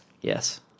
yes